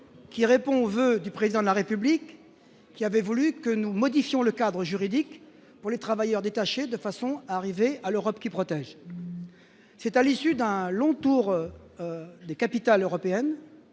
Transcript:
qui répond aux voeux du président de la République qui avait voulu que nous modifions le cadre juridique pour les travailleurs détachés de façon arriver à l'Europe qui protège, c'est à l'issue d'un long tour des capitales européennes,